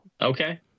Okay